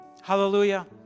Hallelujah